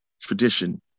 tradition